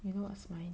you know what's mine